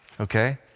okay